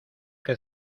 que